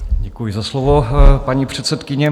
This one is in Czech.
Děkuji za slovo, paní předsedkyně.